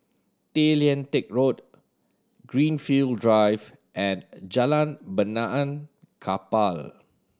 Tay Lian Teck Road Greenfield Drive and Jalan Benaan Kapal